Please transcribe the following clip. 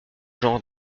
genre